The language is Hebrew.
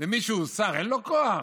ומי שהוא שר אין לו כוח?